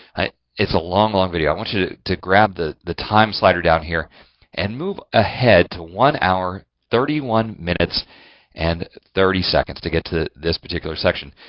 ah it's a long, long video. i want you to to grab the the time slider down here and move ahead to one hour thirty one minutes and thirty seconds, to get to this particular section.